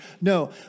No